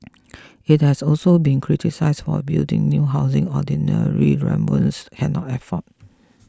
it has also been criticise for building new housing ordinary Rwandans cannot afford